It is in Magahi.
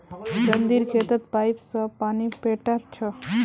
रणधीर खेतत पाईप स पानी पैटा छ